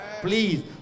Please